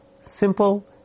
simple